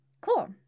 Cool